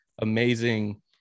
amazing –